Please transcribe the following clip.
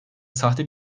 sahte